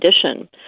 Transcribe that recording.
condition